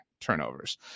turnovers